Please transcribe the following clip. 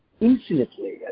infinitely